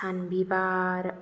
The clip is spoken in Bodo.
सान बिबार